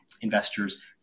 investors